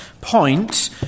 point